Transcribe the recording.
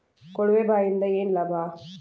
ಕೊಳವೆ ಬಾವಿಯಿಂದ ಏನ್ ಲಾಭಾ?